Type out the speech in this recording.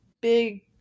big